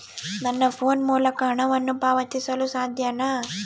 ನನ್ನ ಫೋನ್ ಮೂಲಕ ಹಣವನ್ನು ಪಾವತಿಸಲು ಸಾಧ್ಯನಾ?